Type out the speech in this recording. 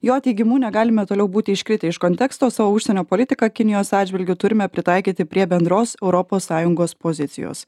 jo teigimu negalime toliau būti iškritę iš konteksto savo užsienio politiką kinijos atžvilgiu turime pritaikyti prie bendros europos sąjungos pozicijos